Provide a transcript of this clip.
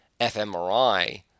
fMRI